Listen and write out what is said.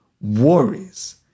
worries